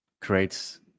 creates